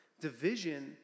division